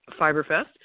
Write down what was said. fiberfest